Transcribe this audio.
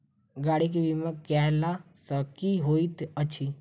गाड़ी केँ बीमा कैला सँ की होइत अछि?